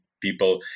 people